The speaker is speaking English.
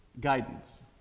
guidance